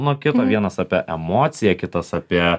nuo kito vienas apie emociją kitas apie